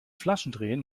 flaschendrehen